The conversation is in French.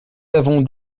avons